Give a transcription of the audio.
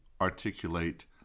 articulate